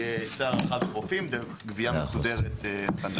יהיה גבייה מסודרת וסטנדרטית.